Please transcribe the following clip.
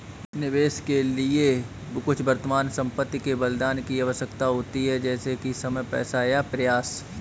निवेश के लिए कुछ वर्तमान संपत्ति के बलिदान की आवश्यकता होती है जैसे कि समय पैसा या प्रयास